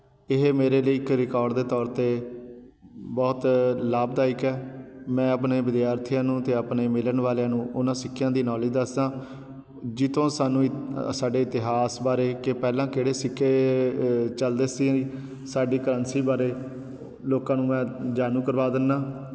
ਇਹ ਮੇਰੇ ਲਈ ਇੱਕ ਰਿਕੋਡ ਦੇ ਤੌਰ 'ਤੇ ਬਹੁਤ ਲਾਭਦਾਇਕ ਹੈ ਮੈਂ ਆਪਣੇ ਵਿਦਿਆਰਥੀਆਂ ਨੂੰ ਅਤੇ ਆਪਣੇ ਮਿਲਣ ਵਾਲਿਆਂ ਨੂੰ ਉਹਨਾਂ ਸਿੱਖਿਆ ਦੀ ਨੌਲੇਜ ਦੱਸਦਾ ਜਿਸ ਤੋਂ ਸਾਨੂੰ ਸਾਡੇ ਇਤਿਹਾਸ ਬਾਰੇ ਕਿ ਪਹਿਲਾਂ ਕਿਹੜੇ ਸਿੱਕੇ ਏ ਚਲਦੇ ਸੀ ਸਾਡੀ ਕਰੰਸੀ ਬਾਰੇ ਲੋਕਾਂ ਨੂੰ ਮੈਂ ਜਾਣੂ ਕਰਵਾ ਦਿੰਦਾ